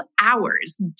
hours